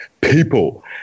people